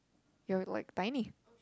you are like tiny